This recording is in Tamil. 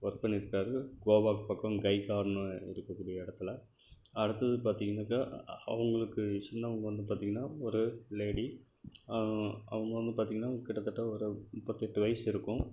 ஒர்க் பண்ணிகிட்டு இருக்கார் கோவாக்கு பக்கம் கைகான்னு இருக்கக்கூடிய இடத்துல அடுத்தது பார்த்தீங்கன்னாக்கா அவங்களுக்கு சின்னவங்க வந்து பார்த்தீங்ன்னா ஒரு லேடி அவங்க வந்து பார்த்தீங்ன்னா கிட்டத்தட்ட ஒரு முப்பத்தியெட்டு வயசு இருக்கும்